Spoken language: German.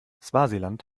swasiland